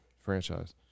franchise